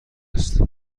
است